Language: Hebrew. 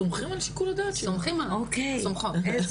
שתרצו.